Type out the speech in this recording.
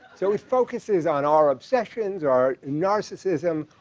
so it focuses on our obsessions, our narcissism,